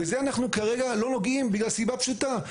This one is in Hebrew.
בזה אנחנו כרגע לא נוגעים בגלל סיבה פשוטה,